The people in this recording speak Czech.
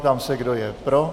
Ptám se, kdo je pro.